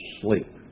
sleep